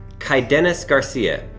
kye dennis garcia,